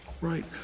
right